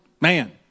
man